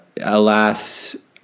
alas